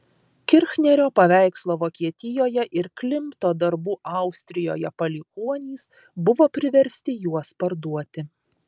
kirchnerio paveikslo vokietijoje ir klimto darbų austrijoje palikuonys buvo priversti juos parduoti